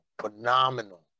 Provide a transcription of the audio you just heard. phenomenal